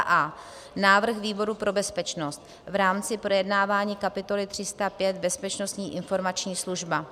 a) návrh výboru pro bezpečnost v rámci projednávání kapitoly 305 Bezpečnostní informační služba: